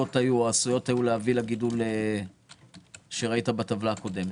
היו להביא לגידול שראית בטבלה הקודמת.